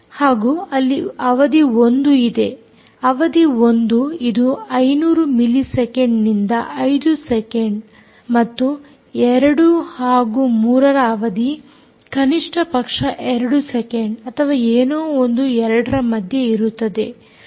ಹಾಗೂ ಅಲ್ಲಿ ಅವಧಿ 1 ಇದೆ ಅವಧಿ 1 ಇದು 500 ಮಿಲಿ ಸೆಕೆಂಡ್ ನಿಂದ 5 ಸೆಕೆಂಡ್ ಮತ್ತು 2 ಹಾಗೂ 3 ರ ಅವಧಿ ಕನಿಷ್ಠ ಪಕ್ಷ 2 ಸೆಕೆಂಡ್ ಅಥವಾ ಏನೋ ಒಂದು 2 ರ ಮಧ್ಯೆ ಇರುತ್ತದೆ